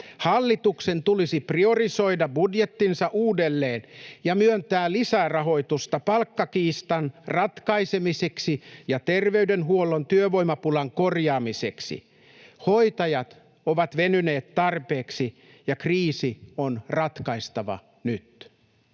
Hallituksen tulisi priorisoida budjettinsa uudelleen ja myöntää lisärahoitusta palkkakiistan ratkaisemiseksi ja terveydenhuollon työvoimapulan korjaamiseksi. Hoitajat ovat venyneet tarpeeksi, ja kriisi on ratkaistava nyt.